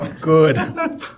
Good